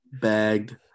bagged